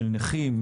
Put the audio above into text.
של נכים,